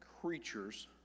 creatures